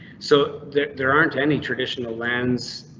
so there there aren't any traditional lands.